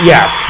Yes